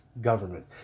government